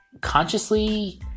Consciously